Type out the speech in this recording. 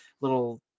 little –